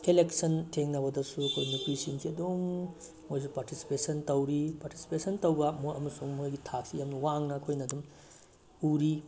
election ꯊꯦꯡꯅꯕꯗꯁꯨ ꯑꯩꯈꯣꯏ ꯅꯨꯄꯤꯁꯤꯡꯁꯦ ꯑꯗꯨꯝ ꯃꯣꯏꯁꯨ ꯄꯥꯔꯇꯤꯁꯤꯄꯦꯁꯟ ꯇꯧꯔꯤ ꯄꯥꯔꯇꯤꯁꯤꯄꯦꯁꯟ ꯇꯧꯕ ꯃꯣꯏ ꯑꯃꯁꯨꯡ ꯃꯣꯏꯒꯤ ꯊꯥꯛꯁꯤ ꯌꯥꯝꯅ ꯋꯥꯡꯅ ꯑꯩꯈꯣꯏꯅ ꯑꯗꯨꯝ ꯎꯔꯤ